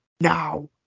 Now